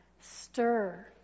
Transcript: stir